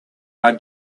are